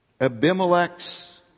Abimelech's